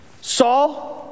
Saul